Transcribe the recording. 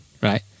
right